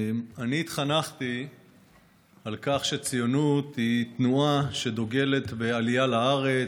אני התחנכתי על כך שציונות היא תנועה שדוגלת בעלייה לארץ,